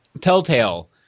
Telltale